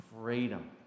freedom